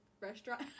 restaurant